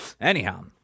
Anyhow